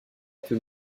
que